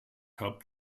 help